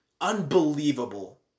unbelievable